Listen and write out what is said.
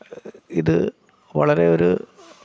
ഇത് വളരെ ഒരു